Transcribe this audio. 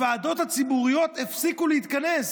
הוועדות הציבוריות הפסיקו להתכנס,